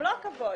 במלוא הכבוד.